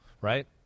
right